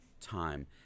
time